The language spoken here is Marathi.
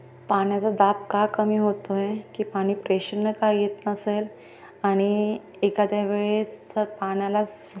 पाण्याचा दाब का कमी होतो आहे की पाणी प्रेशरनं का येत नसेल आणि एकाद्या वेळेस जर पाण्याला स